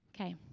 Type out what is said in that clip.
Okay